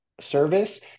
service